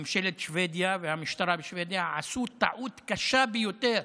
ממשלת שבדיה והמשטרה בשבדיה עשו טעות קשה ביותר